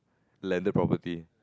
landed property